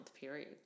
period